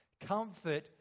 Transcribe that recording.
Comfort